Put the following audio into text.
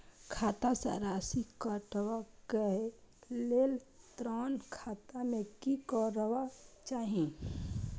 खाता स राशि कटवा कै लेल ऋण खाता में की करवा चाही?